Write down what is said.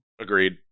Agreed